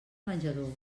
menjador